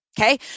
Okay